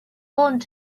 want